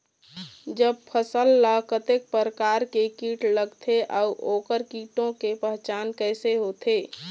जब फसल ला कतेक प्रकार के कीट लगथे अऊ ओकर कीटों के पहचान कैसे होथे?